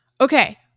Okay